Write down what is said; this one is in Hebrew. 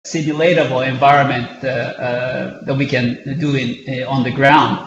אמצעים שיכולים לעשות על הארץ.